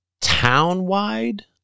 town-wide